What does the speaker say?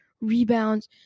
rebounds